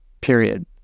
period